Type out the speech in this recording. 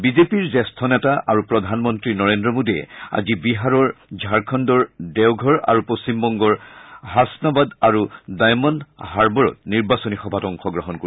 বিজেপিৰ জ্যেষ্ঠ নেতা আৰু প্ৰধানমন্ত্ৰী নৰেন্দ্ৰ মোডীয়ে আজি বিহাৰৰ পালিগঞ্জ ঝাৰখণ্ডৰ দেওঘৰ আৰু পশ্চিমবংগৰ হাছনাবাদ আৰু ডায়মণ্ড হাৰ্বৰত নিৰ্বাচনী সভাত অংশগ্ৰহণ কৰিব